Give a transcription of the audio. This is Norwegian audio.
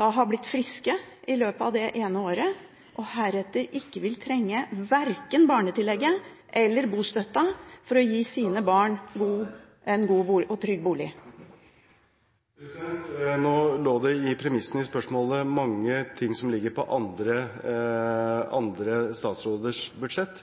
har blitt friske i løpet av det ene året og deretter ikke vil trenge verken barnetillegget eller bostøtten for å gi sine barn en god og trygg bolig? Nå lå det i premissene for spørsmålet mange ting som ligger under andre